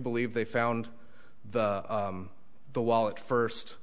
believe they found the wallet first